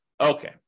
Okay